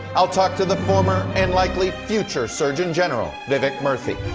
i will talk to the former and likely future surgeon general, vivek myrrh think.